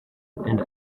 and